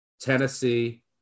Tennessee